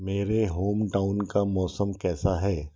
मेरे होमटाउन का मौसम कैसा है